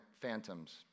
phantoms